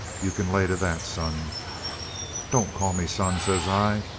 you can lay to that, son don't call me son says i.